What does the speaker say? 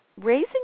raising